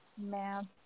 Man